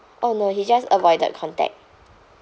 oh no he just avoided contact